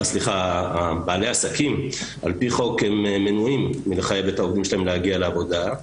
בעלי העסקים על פי חוק מנועים מלחייב את העובדים שלהם להגיע לעבודה,